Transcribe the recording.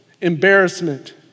embarrassment